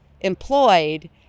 employed